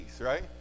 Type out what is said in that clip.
right